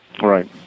Right